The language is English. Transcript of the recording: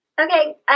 Okay